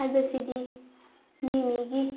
ꯍꯥꯏꯕꯁꯤꯗꯤ ꯃꯤ ꯃꯤꯒꯤ